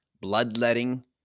bloodletting